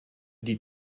die